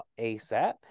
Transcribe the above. asap